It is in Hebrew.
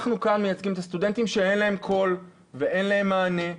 אנחנו כאן מייצגים את הסטודנטים שאין להם קול ואין להם מענה,